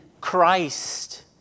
Christ